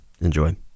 Enjoy